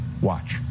Watch